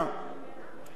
אז בואו נצמצם,